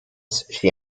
she